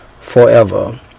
forever